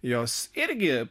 jos irgi